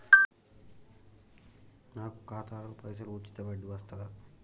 నాకు ఖాతాలో పైసలు ఉంచితే వడ్డీ వస్తదా?